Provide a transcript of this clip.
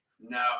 No